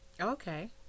okay